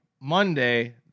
Monday